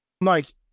Mike